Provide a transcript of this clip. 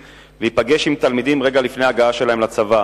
להיפגש עם תלמידים רגע לפני הגעה שלהם לצבא.